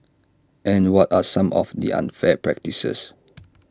and what are some of the unfair practices